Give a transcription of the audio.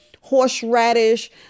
horseradish